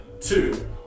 Two